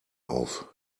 auf